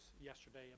yesterday